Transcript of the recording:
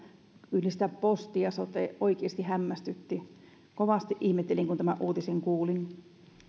yhdistää posti ja sote oikeasti hämmästytti kovasti ihmettelin kun tämän uutisen kuulin